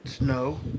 No